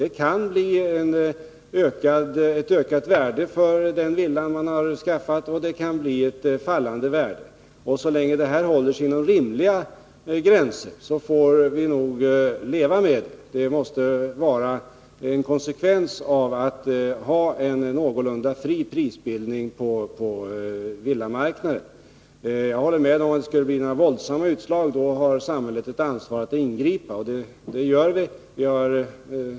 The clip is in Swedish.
Den villa man skaffat kan få ett ökat värde, men det kan också bli ett fallande värde. Så länge det håller sig inom rimliga gränser, får vi nog leva med det. Det måste vara en konsekvens av att vi har en någorlunda fri prisbildning på villamarknaden. Jag håller med om att samhället, om det skulle bli våldsamma utslag, har ett ansvar att ingripa. Det gör vi också.